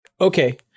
Okay